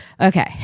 Okay